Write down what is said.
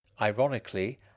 Ironically